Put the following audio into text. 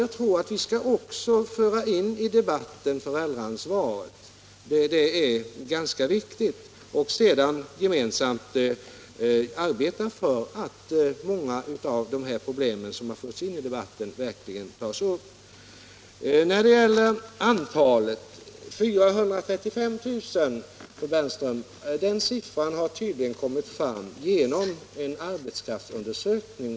Jag tror att vi också måste föra in föräldraansvaret i debatten, för det är ganska viktigt, och sedan gemensamt arbeta för att många av de här problemen som har påtalats verkligen tas upp. Antalet 435 000, fru Bernström, har tydligen kommit fram genom en arbetskraftsundersökning.